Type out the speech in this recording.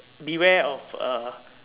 beware of uh